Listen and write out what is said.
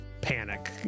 panic